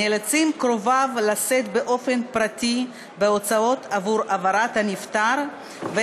נאלצים קרוביו לשאת בהוצאות עבור העברת הנפטר באופן פרטי,